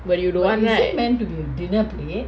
but you don't want right